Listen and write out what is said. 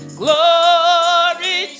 glory